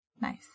nice